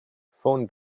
von